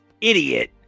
idiot